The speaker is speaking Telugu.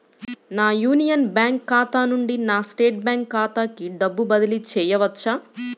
నా యూనియన్ బ్యాంక్ ఖాతా నుండి నా స్టేట్ బ్యాంకు ఖాతాకి డబ్బు బదిలి చేయవచ్చా?